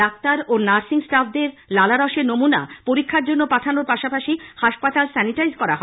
doctor ও nursing স্টাফদের লালারসের নমুনা পরীক্ষার জন্য পাঠানোর পাশাপাশি হাসপাতাল স্যানিটাইজ করা হয়